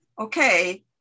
okay